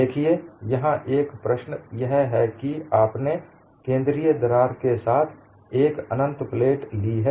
देखिए यहाँ एक प्रश्न यह है कि आपने केंद्रीय दरार के साथ एक अनंत प्लेट ली है